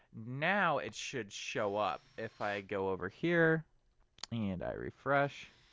now it should show up. if i go over here and i refresh,